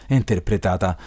interpretata